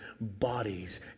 bodies